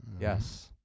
Yes